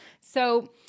So-